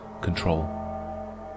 control